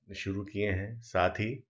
शुरू किए हैं साथ ही